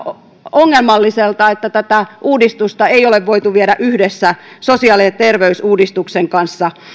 ongelmalliselta että tätä uudistusta ei ole voitu viedä yhdessä sosiaali ja terveysuudistuksen kanssa